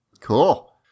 Cool